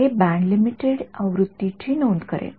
हे band limited आवृत्ती ची नोंद करेल